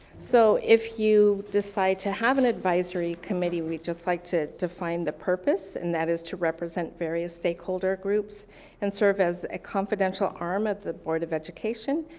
so if you decide to have an advisory committee, we'd just like to define the purpose and that is to represent various stakeholder groups and serve as a confidential arm of the board of education,